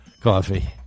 Coffee